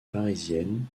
parisienne